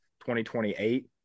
2028